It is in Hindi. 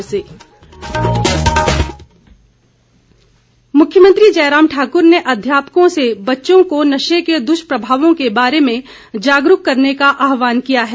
मुख्यमंत्री मुख्यमंत्री जयराम ठाक्र ने अध्यापकों से बच्चों को नशे के दुष्प्रभावों के बारे में जागरूक करने का आहवान किया है